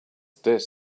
this